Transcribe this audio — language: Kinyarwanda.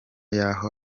yaho